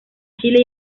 chile